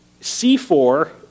C4